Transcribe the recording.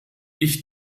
ich